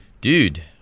Dude